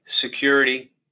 security